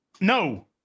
No